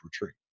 retreat